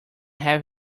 have